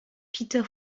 peter